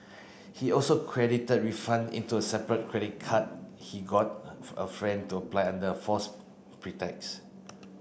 he also credited refund into a separate credit card he got a friend to apply under a false pretext